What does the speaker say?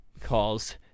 calls